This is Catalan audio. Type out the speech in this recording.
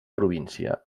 província